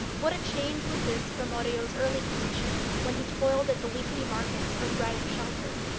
what a change was this from murillo's early condition, when he toiled at the weekly markets for bread and shelter!